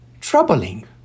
troubling